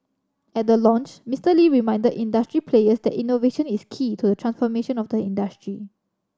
at the launch Mister Lee reminded industry players that innovation is key to the transformation of the industry